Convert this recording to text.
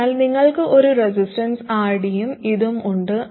അതിനാൽ നിങ്ങൾക്ക് ഒരു റെസിസ്റ്റൻസ് RD യും ഇതും ഉണ്ട്